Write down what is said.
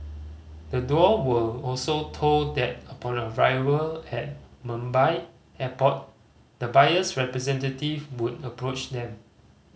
the duo were also told that upon arrival at Mumbai Airport the buyer's representative would approach them